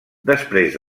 després